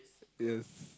yes